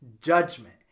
judgment